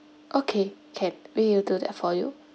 okay can we will do that for you